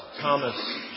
Thomas